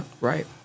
right